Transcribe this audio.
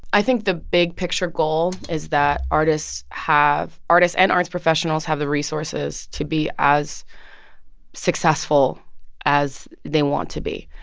i think the big-picture goal is that artists have artists and arts professionals have the resources to be as successful as they want to be.